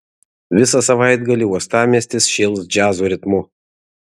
visą savaitgalį uostamiestis šėls džiazo ritmu